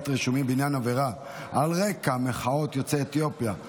רישומים בעניין עבירה על רקע מחאות יוצאי אתיופיה,